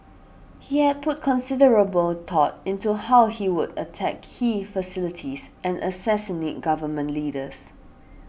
he had put considerable thought into how he would attack key facilities and assassinate Government Leaders